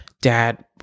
dad